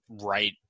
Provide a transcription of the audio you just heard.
right